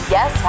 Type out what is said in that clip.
Yes